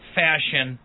fashion